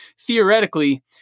theoretically